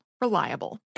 reliable